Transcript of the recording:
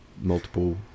multiple